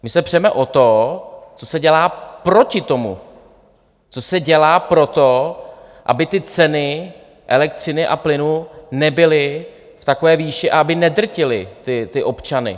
My se přeme o to, co se dělá proti tomu, co se dělá pro to, aby ty ceny elektřiny a plynu nebyly v takové výši a aby nedrtily ty občany.